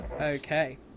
okay